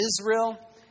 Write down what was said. Israel